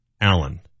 Allen